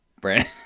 Brandon